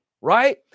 right